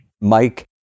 Mike